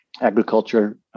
agriculture